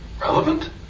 relevant